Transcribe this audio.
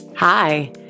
Hi